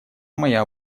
моя